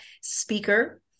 speaker